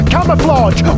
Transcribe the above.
Camouflage